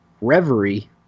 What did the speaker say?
Reverie